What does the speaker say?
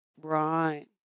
right